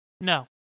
No